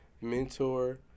mentor